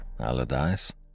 Allardyce